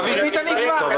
דוד ביטן יקבע?